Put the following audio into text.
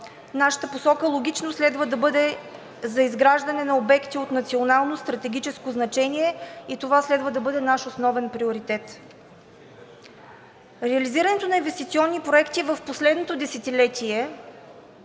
нашата посока логично следва да бъде за изграждане на обекти от национално стратегическо значение и това следва да бъде наш основен приоритет. Реализирането на инвестиционни проекти в последното десетилетие